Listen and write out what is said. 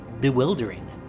bewildering